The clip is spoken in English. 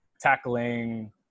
tackling